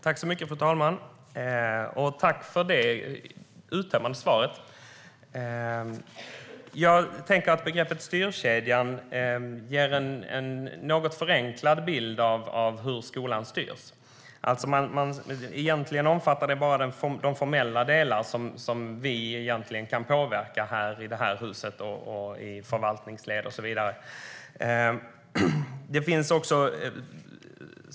Fru talman! Jag vill tacka för det uttömmande svaret. Styrkedjan som begrepp ger en något förenklad bild av hur skolan styrs. Egentligen omfattar det bara de formella delar som vi kan påverka i det här huset och i förvaltningsled och så vidare.